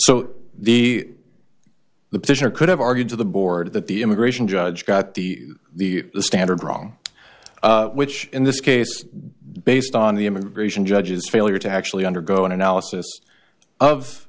so the the petitioner could have argued to the board that the immigration judge got the the standard wrong which in this case based on the immigration judges failure to actually undergo an analysis of